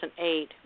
2008